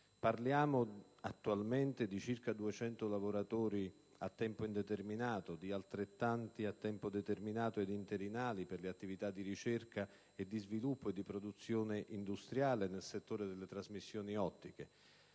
parliamo di circa 200 lavoratori a tempo indeterminato, di altrettanti a tempo determinato e interinali per le attività di ricerca, sviluppo e produzione industriale nel settore delle trasmissioni ottiche,